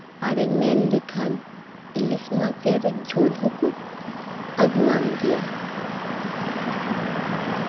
ᱟᱨᱮᱢ ᱢᱮᱱ ᱞᱮᱠᱷᱟᱱ ᱤᱞᱤᱥ ᱢᱟᱪᱷᱮᱨ ᱡᱷᱳᱞ ᱦᱚᱠᱚ ᱟᱹᱜᱩᱣᱟᱢ ᱜᱮᱭᱟ